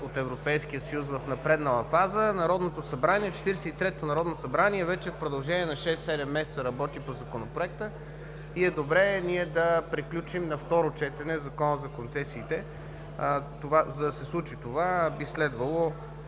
от Европейския съюз в напреднала фаза, а Четиридесет и третото народно събрание вече в продължение на шест-седем месеца работи по Законопроекта и е добре да приключим на второ четене Закона за концесиите. За да се случи това, би следвало